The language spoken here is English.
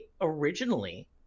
originally